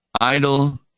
Idle